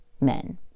men